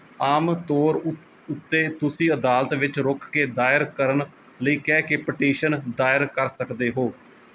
ਆਮ ਤੌਰ ਉ ਉੱਤੇ ਤੁਸੀਂ ਅਦਾਲਤ ਵਿੱਚ ਰੁੱਕ ਕੇ ਦਾਇਰ ਕਰਨ ਲਈ ਕਹਿ ਕੇ ਪਟੀਸ਼ਨ ਦਾਇਰ ਕਰ ਸਕਦੇ ਹੋ